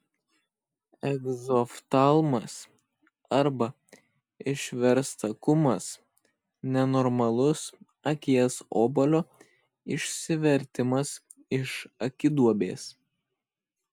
egzoftalmas arba išverstakumas nenormalus akies obuolio išsivertimas iš akiduobės